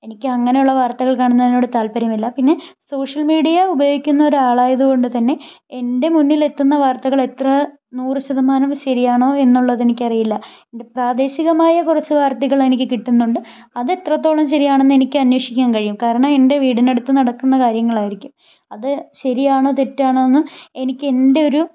എനിക്ക് അങ്ങനെയുള്ള വാർത്തകൾ കാണുന്നതിനോട് താല്പര്യമില്ല പിന്നെ സോഷ്യൽ മീഡിയ ഉപയോഗിക്കുന്ന ഒരാളായത് കൊണ്ട് തന്നെ എൻ്റെ മുന്നിൽ എത്തുന്ന വാർത്തകൾ എത്ര നൂറ് ശതമാനം ശരിയാണോ എന്നുള്ളത് എനിക്ക് അറിയില്ല പ്രാദേശികമായ കുറച്ച് വാർത്തകൾ എനിക്ക് കിട്ടുന്നുണ്ട് അത് എത്രത്തോളം ശരിയാണെന്ന് എനിക്ക് അന്വേഷിക്കാൻ കഴിയും കാരണം എൻ്റെ വീടിൻ്റെ അടുത്ത് നടക്കുന്ന കാര്യങ്ങളായിരിക്കും അത് ശരിയാണോ തെറ്റാണോ എന്ന് എനിക്ക് എൻ്റെ ഒരു